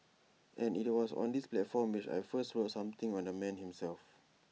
and IT was on this platform which I first wrote something on the man himself